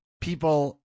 people